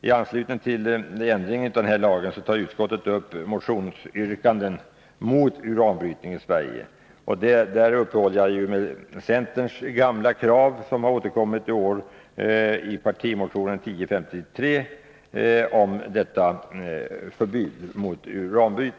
I anslutning till den aktuella ändringen i denna lag tar utskottet upp två motionsyrkanden om förbud mot uranbrytning i Sverige. Det ena är centerns gamla krav, som i år återkommer i partimotion 1053.